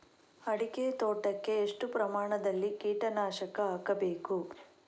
ಅಡಿಕೆ ತೋಟಕ್ಕೆ ಎಷ್ಟು ಪ್ರಮಾಣದಲ್ಲಿ ಕೀಟನಾಶಕ ಹಾಕಬೇಕು?